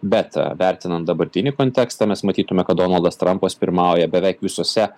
bet vertinant dabartinį kontekstą mes matytume kad donaldas trampas pirmauja beveik visose